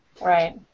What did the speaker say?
Right